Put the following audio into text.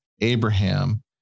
Abraham